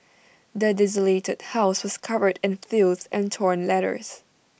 the desolated house was covered in filth and torn letters